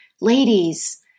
Ladies